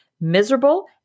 miserable